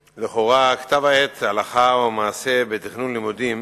כתב-העת "הלכה ומעשה בתכנון לימודים"